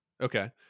Okay